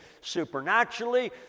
supernaturally